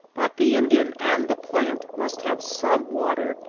but the indian and the plant must have some water.